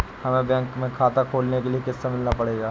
हमे बैंक में खाता खोलने के लिए किससे मिलना पड़ेगा?